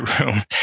room